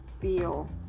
feel